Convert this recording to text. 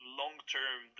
long-term